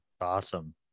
awesome